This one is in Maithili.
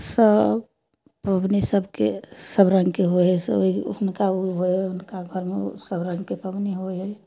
सब पबनी सबके सब रंगके होइ हइ से हुनका हुनका घरमे सब रंगके पबनी होइ हइ